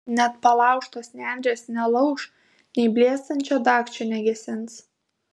net palaužtos nendrės nelauš nei blėstančio dagčio negesins